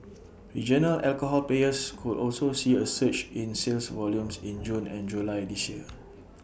regional alcohol players could also see A surge in sales volumes in June and July this year